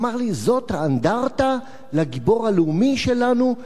הוא אמר לי: זאת האנדרטה לגיבור הלאומי שלנו,